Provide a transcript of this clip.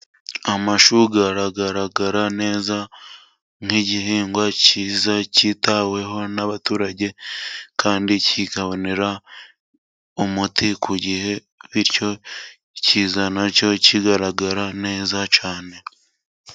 Amashu aragaragara neza, nk'igihingwa kiza kitaweho n'abaturage, kandi kikabonera umuti ku gihe, bityo kiza nacyo kigaragara neza cyane.